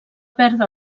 perdre